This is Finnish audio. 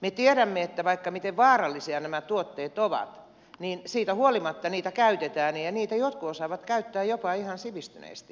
me tiedämme että vaikka miten vaarallisia nämä tuotteet ovat niin siitä huolimatta niitä käytetään ja niitä jotkut osaavat käyttää jopa ihan sivistyneesti